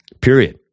Period